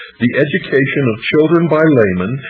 the education of children by laymen,